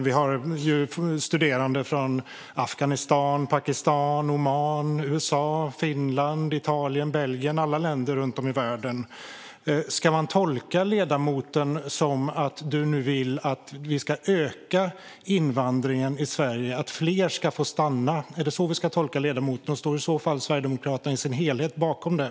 Vi har ju studerande från Afghanistan, Pakistan, Oman, USA, Finland, Italien och Belgien - från alla länder runt om i världen. Ska man tolka detta som att du nu vill att vi ska öka invandringen till Sverige och att fler ska få stanna? Är det så vi ska tolka detta? Står i så fall Sverigedemokraterna i sin helhet bakom det?